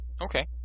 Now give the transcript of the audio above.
Okay